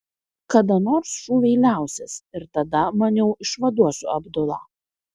kada nors šūviai liausis ir tada maniau išvaduosiu abdulą